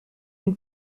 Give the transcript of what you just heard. une